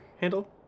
handle